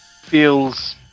feels